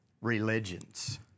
religions